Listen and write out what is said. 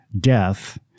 death